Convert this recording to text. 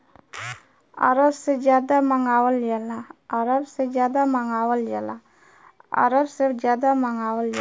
अरब से जादा मंगावल जाला